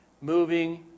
moving